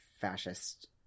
fascist